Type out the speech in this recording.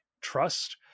trust